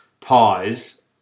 pies